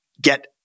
get